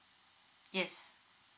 yes